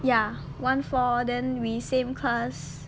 ya one four then we same class